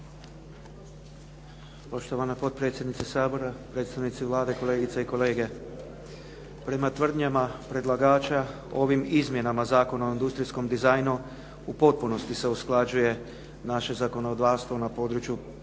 Poštovana potpredsjednice Sabora, predstavnici Vlade, kolegice i kolege. Prema tvrdnjama predlagača ovim izmjenama Zakona o industrijskom dizajnu u potpunosti se usklađuje naše zakonodavstvo na području